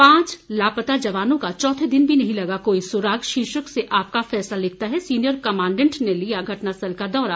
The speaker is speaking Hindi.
पांच लापता जवानों का चौथे दिन भी नहीं लगा कोई सुराग शीर्षक से आपका फैसला लिखता है सीनीयर कमांडेंट ने किया घटना स्थल का दौरा